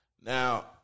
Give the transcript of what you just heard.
Now